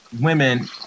women